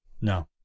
No